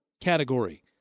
category